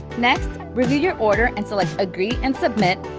next, review your order, and select agree and submit.